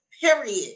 Period